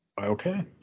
Okay